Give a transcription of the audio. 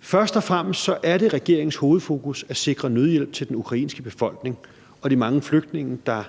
Først og fremmest er det regeringens hovedfokus at sikre nødhjælp til den ukrainske befolkning og de mange flygtninge, der